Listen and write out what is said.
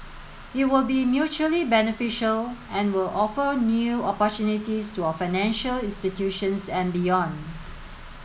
it will be mutually beneficial and will offer new opportunities to our financial institutions and beyond